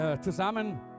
zusammen